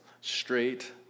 straight